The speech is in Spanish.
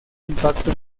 impacto